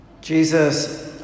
Jesus